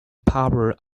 power